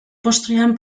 postrean